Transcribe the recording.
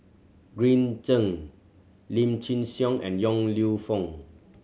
Green Zeng Lim Chin Siong and Yong Lew Foong